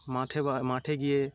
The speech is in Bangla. মাঠে বা মাঠে গিয়ে